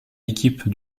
équipe